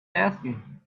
asking